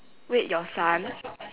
wait your son